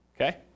okay